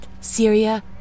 Syria